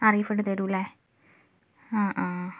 ആ റീഫണ്ട് തരുമല്ലേ ആ ആ